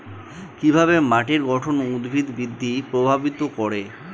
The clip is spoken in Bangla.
কিভাবে মাটির গঠন উদ্ভিদ বৃদ্ধি প্রভাবিত করে?